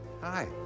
hi